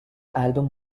album